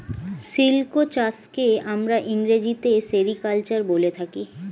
silk চাষকে আমরা ইংরেজিতে সেরিকালচার বলে থাকি